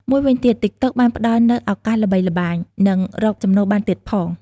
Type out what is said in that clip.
មួយវិញទៀត ទីកតុក បានផ្តល់នូវ ឱកាសល្បីល្បាញ និងរកចំណូលបានទៀតផង។